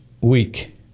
week